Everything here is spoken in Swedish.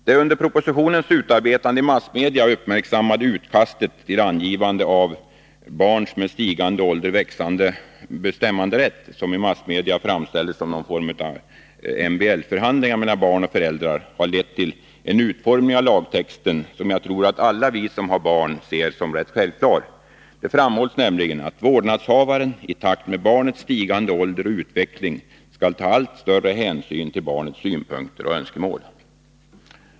Det under propositionens utarbetande uppmärksammade utkastet till angivande av barns med stigande ålder växande bestämmanderätt, som i massmedia framställdes som någon form av MBL-förhandlingar mellan barn och föräldrar, har lett till en utformning av lagtexten som jag tror att alla vi som har barn ser som rätt självklar. Det framhålls nämligen att vårdnadshavaren i takt med barnets stigande ålder och utveckling skall ta allt större hänsyn till barnets synpunkter och önskemål.